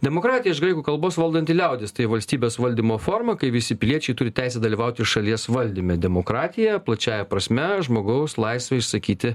demokratija iš graikų kalbos valdanti liaudis tai valstybės valdymo forma kai visi piliečiai turi teisę dalyvauti šalies valdyme demokratija plačiąja prasme žmogaus laisvė išsakyti